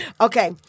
okay